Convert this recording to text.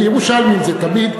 כירושלמים זה תמיד,